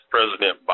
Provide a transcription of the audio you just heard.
President